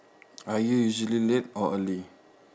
are you usually late or early